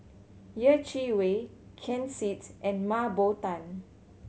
Yeh Chi Wei Ken Seet and Mah Bow Tan